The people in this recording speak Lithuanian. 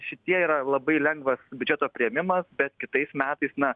šitie yra labai lengvas biudžeto priėmimas bet kitais metais na